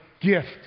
gift